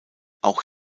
auch